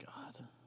God